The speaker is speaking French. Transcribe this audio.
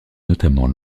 notamment